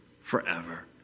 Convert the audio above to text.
forever